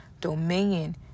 Dominion